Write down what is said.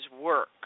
work